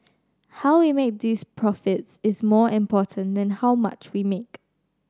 how we make those profits is more important than how much we make